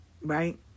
right